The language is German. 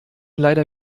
leider